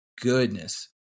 goodness